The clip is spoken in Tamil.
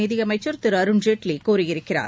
நிதியமைச்சர் திரு அருண் ஜேட்லி கூறியிருக்கிறார்